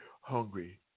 hungry